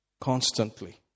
Constantly